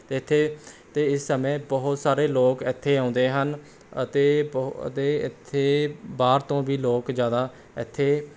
ਅਤੇ ਇੱਥੇ ਅਤੇ ਇਸ ਸਮੇਂ ਬਹੁਤ ਸਾਰੇ ਲੋਕ ਇੱਥੇ ਆਉਂਦੇ ਹਨ ਅਤੇ ਅਤੇ ਇੱਥੇ ਬਾਹਰ ਤੋਂ ਵੀ ਲੋਕ ਜ਼ਿਆਦਾ ਇੱਥੇ